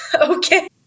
okay